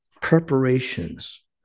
preparations